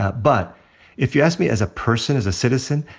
ah but if you asked me as a person, as a citizen,